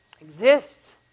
exists